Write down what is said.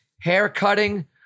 haircutting